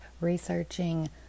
researching